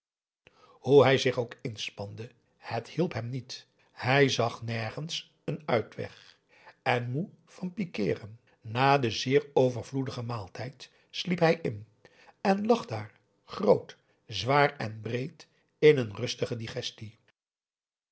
hoe hij zich ook inspande het hielp hem niet hij zag nergens een uitweg en moe van het pikiren na den zeer overvloedigen maaltijd sliep hij in en lag daar groot zwaar en breed in een rustige digestie